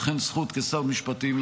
אכן זכות כשר משפטים,